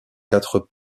quatre